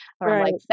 Right